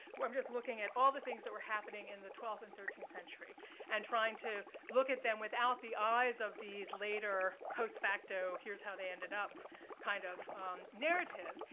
i'm just looking at all the things that were happening in the twelfth and thirteenth century and trying to look at them without the eyes of these later post-facto here's how they ended up kind of narratives.